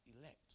elect